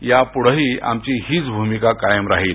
याप्ढही आमची हीच भूमिका कायम राहील